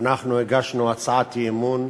אנחנו הגשנו הצעת אי-אמון